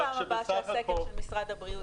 מתי הפעם הבאה ייערך סקר העישון של משרד הבריאות?